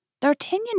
D'Artagnan